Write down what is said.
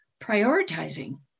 prioritizing